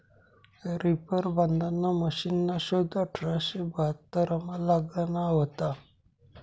reaper बांधाना मशिनना शोध अठराशे बहात्तरमा लागना व्हता